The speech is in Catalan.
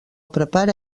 prepara